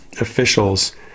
officials